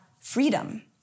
freedom